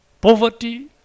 poverty